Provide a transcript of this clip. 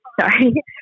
sorry